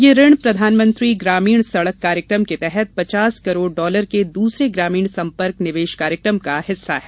यह ऋण प्रधानमंत्री ग्रामीण सड़क कार्यक्रम के तहत पचास करोड़ डॉलर के दूसरे ग्रामीण संपर्क निवेश कार्यक्रम का हिस्सा है